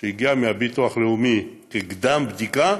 שגם מהביטוח הלאומי תִקדַם בדיקה,